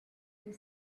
they